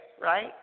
right